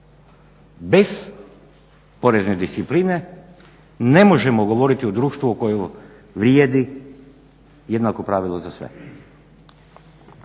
Bez porezne discipline ne možemo govoriti o društvu u kojem vrijedi jednako pravilo za sve.